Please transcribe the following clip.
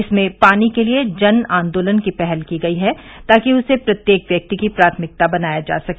इसमें पानी के लिए जन आन्दोलन की पहल की गई है ताकि उसे प्रत्येक व्यक्ति की प्राथमिकता बनाया जा सके